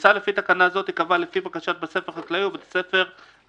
מכסה לפי תקנה זו תיקבע לפי בקשת בית הספר החקלאי או בית הספר המקצועי,